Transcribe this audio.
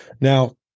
Now